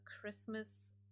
Christmas